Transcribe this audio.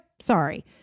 sorry